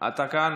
אתה כאן?